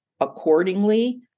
accordingly